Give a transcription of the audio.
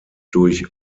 durch